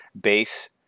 base